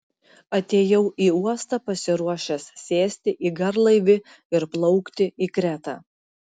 atėjau į uostą pasiruošęs sėsti į garlaivį ir plaukti į kretą